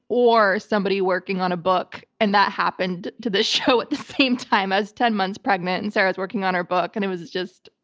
or somebody working on a book. book. and that happened to the show at the same time. i was ten months pregnant and sarah was working on her book. and it was just.